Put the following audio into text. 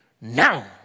now